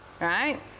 right